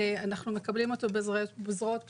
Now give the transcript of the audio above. אנחנו מקבלים אותו בזרועות פתוחות,